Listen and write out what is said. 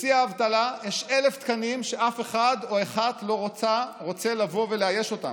בשיא האבטלה יש 1,000 תקנים שאף אחד או אחת לא רוצה לבוא לאייש אותם.